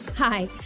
Hi